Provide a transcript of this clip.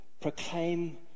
proclaim